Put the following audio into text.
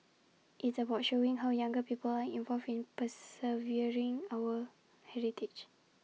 it's about showing how younger people are involved in preserving our heritage